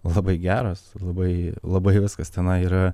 labai geros ir labai labai viskas tenai yra